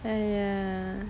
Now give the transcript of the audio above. !haiya!